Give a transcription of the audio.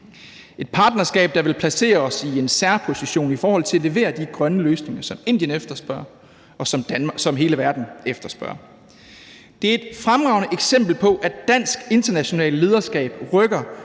et partnerskab, der vil placere os i en særposition i forhold til at levere de grønne løsninger, som Indien efterspørger, og som hele verden efterspørger. Det er et fremragende eksempel på, at dansk internationalt lederskab rykker